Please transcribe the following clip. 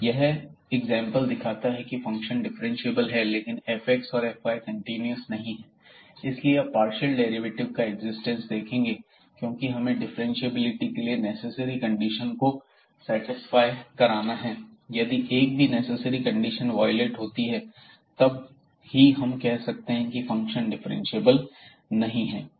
fxyx2y2cos 1x2y2 xy00 0xy00 यह example दिखाता है की फंक्शन डिफरेंशिएबल है लेकिन fx और fy कंटीन्यूअस नहीं है इसलिए अब पार्शियल डेरिवेटिव का एक्जिस्टेंस देखेंगे क्योंकि हमें डिफ्रेंशिएबिलिटी के लिए नेसेसरी कंडीशन को सेटिस्फाई कराना है यदि एक भी नेसेसरी कंडीशन वायलेट होती है तो तब ही हम कह सकते हैं की फंक्शन डिफरेंशिएबल नहीं है